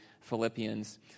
Philippians